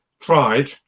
tried